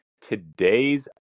Today's